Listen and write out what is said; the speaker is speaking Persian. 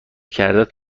کردت